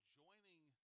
joining